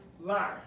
life